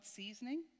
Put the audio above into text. seasoning